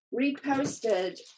reposted